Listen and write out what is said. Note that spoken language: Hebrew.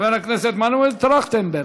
חבר הכנסת מנואל טרכטנברג,